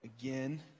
again